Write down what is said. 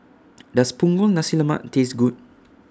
Does Punggol Nasi Lemak Taste Good